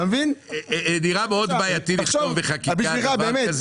נראה מאוד בעייתי לכתוב בחקיקה דבר כזה.